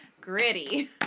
Gritty